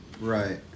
Right